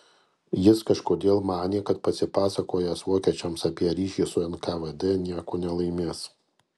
jis kažkodėl manė kad pasipasakojęs vokiečiams apie ryšį su nkvd nieko nelaimės